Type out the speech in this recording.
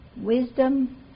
wisdom